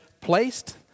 placed